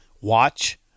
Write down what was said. Watch